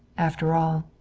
after all.